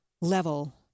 level